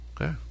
Okay